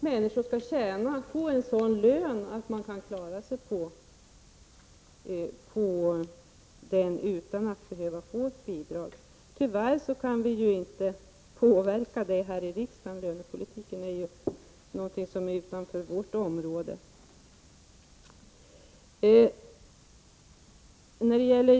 Människor skall alltså ha så pass mycket i lön att de klarar sig utan bidrag. Tyvärr kan vi i riksdagen inte påverka i det avseendet. Lönepolitiken ligger ju utanför vårt område.